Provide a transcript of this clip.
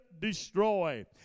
destroy